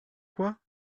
quoi